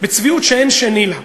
בצביעות שאין שנייה לה,